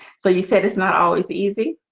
so you said it's not always easy